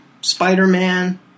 Spider-Man